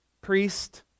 Priest